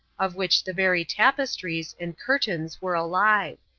of which the very tapestries and curtains were alive.